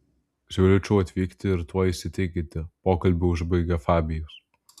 siūlyčiau atvykti ir tuo įsitikinti pokalbį užbaigė fabijus